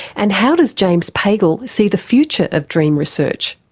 and how does james pagel see the future of dream research?